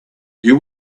you